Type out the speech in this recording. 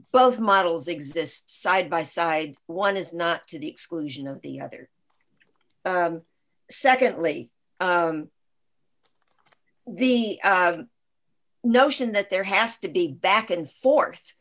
both models exist side by side one is not to the exclusion of the other secondly the notion that there has to be back and forth